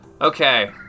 Okay